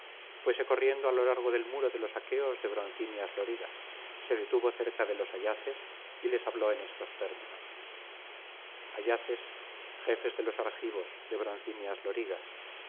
fuese corriendo á lo largo del muro de los aqueos de broncíneas lorigas se detuvo cerca de los ayaces y les habló en estos términos yaces jefes de los argivos de broncíneas lorigas